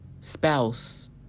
spouse